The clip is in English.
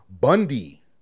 Bundy